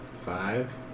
Five